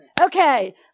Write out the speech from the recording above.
Okay